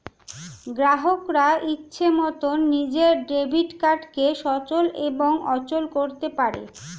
গ্রাহকরা ইচ্ছে মতন নিজের ডেবিট কার্ডকে সচল এবং অচল করতে পারে